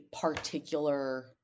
particular